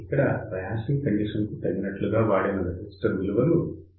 ఇక్కడ biasing condition కు తగినట్లుగా వాడిన రెసిస్టర్ విలువలు 3